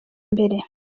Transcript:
mbere